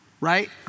right